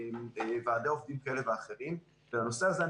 ועדי עובדים כאלה ואחרים והנושא הזה,